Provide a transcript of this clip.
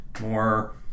more